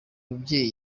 mubyeyi